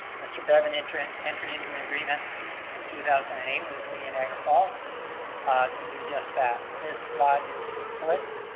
mr. bevan entered and entered into an agreement in two thousand and eight with the city of niagara falls to do just that. this lot is split.